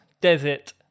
desert